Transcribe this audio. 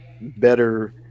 better